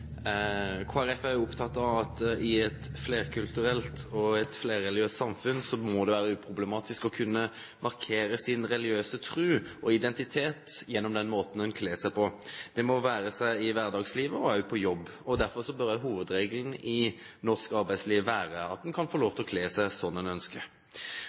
Folkeparti er opptatt av at i et flerkulturelt og flerreligiøst samfunn må det være uproblematisk å kunne markere sin religiøse tro og identitet gjennom den måten en kler seg på, det være seg i hverdagslivet eller på jobb. Derfor bør også hovedregelen i norsk arbeidsliv være at en kan få lov til å kle seg slik som en ønsker.